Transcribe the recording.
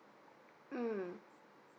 mm